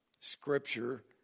Scripture